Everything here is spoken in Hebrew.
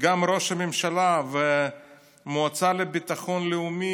וגם ראש הממשלה והמועצה לביטחון לאומי